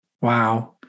Wow